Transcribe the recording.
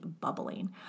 bubbling